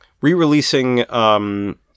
Re-releasing